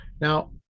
now